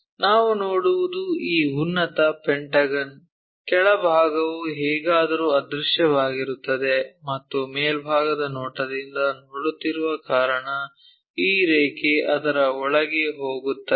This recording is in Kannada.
ನಾವು ನೋಡುವುದು ಈ ಉನ್ನತ ಪೆಂಟಗನ್ ಕೆಳಭಾಗವು ಹೇಗಾದರೂ ಅದೃಶ್ಯವಾಗಿರುತ್ತದೆ ಮತ್ತು ಮೇಲ್ಭಾಗದ ನೋಟದಿಂದ ನೋಡುತ್ತಿರುವ ಕಾರಣ ಈ ರೇಖೆ ಅದರ ಒಳಗೆ ಹೋಗುತ್ತದೆ